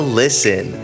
listen